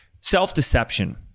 Self-deception